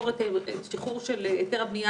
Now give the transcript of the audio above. הורדה של מס.